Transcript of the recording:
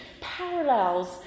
parallels